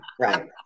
right